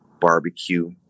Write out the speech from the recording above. barbecue